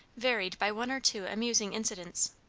varied by one or two amusing incidents.